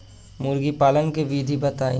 मुर्गीपालन के विधी बताई?